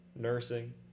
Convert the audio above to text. nursing